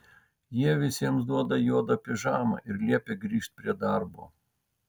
jie visiems duoda juodą pižamą ir liepia grįžt prie darbo